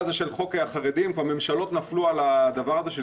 של חוק החרדים ממשלות נפלו על הדבר הזה,